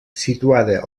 situada